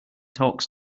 talks